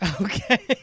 Okay